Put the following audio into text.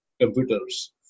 computers